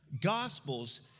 gospels